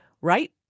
Right